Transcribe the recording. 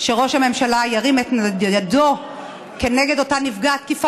שראש הממשלה ירים את ידו כנגד אותה נפגעת תקיפה